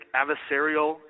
adversarial